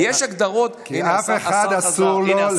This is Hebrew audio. יש הגדרות, הינה, השר חזר.